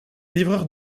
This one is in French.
livreur